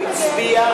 ברשותכם